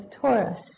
Taurus